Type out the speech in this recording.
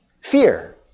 Fear